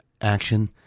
action